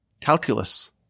calculus